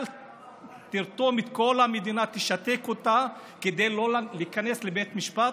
אל תרתום את כל המדינה ותשתק אותה כדי לא להיכנס לבית המשפט.